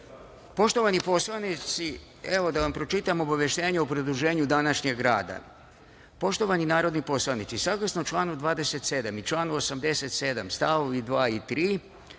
poslanici, da vam pročitam obaveštenje o produženju današnjeg rada. Poštovani narodni poslanici, saglasno članu 27. i članu 87. st. 2. i 3.